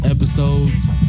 Episodes